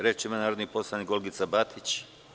Reč ima narodni poslanik Olgica Batić.